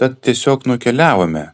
tad tiesiog nukeliavome